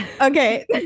Okay